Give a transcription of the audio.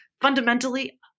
fundamentally